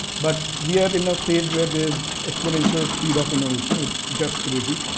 but we're in a phase where there is exponential speed of innovation, it's just crazy.